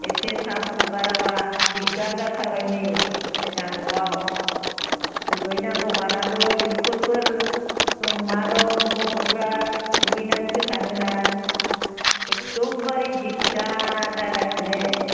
एसे थाब हगाराबा दिगदार जाथारबाय नै जोंहा न'आव दुगैनांगौ मानांगौ इस्कुलफोर दं मा दं गथ'फ्रा दुगैनानैसो थाङो ना एकदमबारि दिगदार जागासिनो